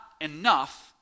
enough